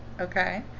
Okay